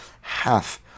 half